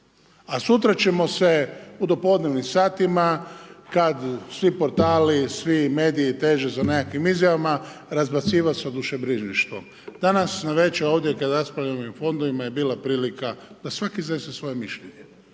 A sutra ćemo se u dopodnevnim satima kad svi portali, svi mediji teže za nekakvim izjavama razbacivati sa dušebrižništvom. Danas navečer ovdje kada raspravljamo i u fondovima je bila prilika da svaki iznese svoje mišljenje,